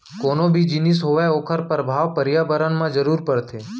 कोनो भी जिनिस होवय ओखर परभाव परयाबरन म जरूर परथे